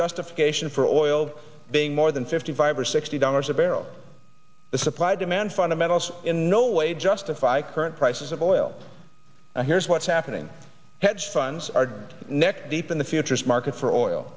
justification for oil being more than fifty five or sixty dollars a barrel the supply demand fundamentals in no way justify current prices of oil and here's what's happening hedge funds are neck deep in the futures market for oil